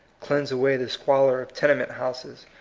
cleanse away the squalor of tenement-houses,